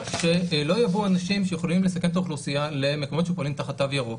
שלא יבואו אנשים שיכולים לסכן את האוכלוסייה למקומות שפועלים תחת תו ירוק